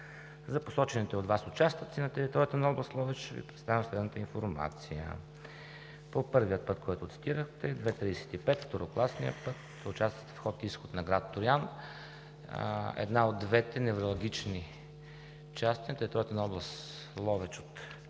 За посочените от Вас участъци на територията на област Ловеч Ви представям следната информация. По първия път, който цитирахте – II-35, второкласния път, участъците на входа и изхода на град Троян, една от двете невралгични части на територията на област Ловеч от